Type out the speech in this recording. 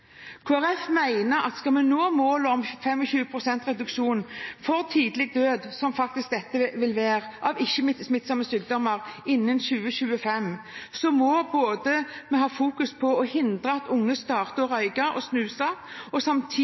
at om vi skal nå målet om – som faktisk dette vil være – 25 pst. reduksjon i for tidlig død av ikke-smittsomme sykdommer innen 2025, må vi fokusere både på å forhindre at unge starter å røyke og å snuse, og